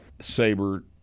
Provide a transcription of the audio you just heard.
Saber